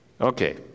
Okay